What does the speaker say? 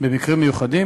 במקרים מיוחדים,